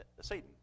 Satan